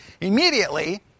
immediately